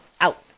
Out